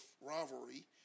rivalry